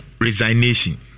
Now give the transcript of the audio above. resignation